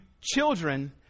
children